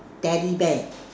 teddy bear